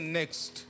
next